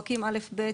פרקים א' וב'